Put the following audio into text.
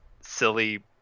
silly